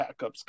backups